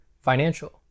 financial